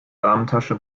damentasche